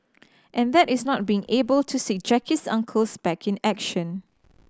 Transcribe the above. and that is not being able to see Jackie's uncle's back in action